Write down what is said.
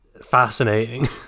fascinating